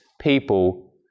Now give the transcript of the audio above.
people